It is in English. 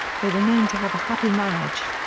they were known to have a happy marriage.